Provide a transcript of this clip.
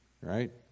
right